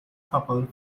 couple